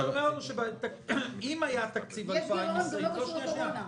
יש גירעון שלא קשור לקורונה.